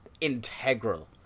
integral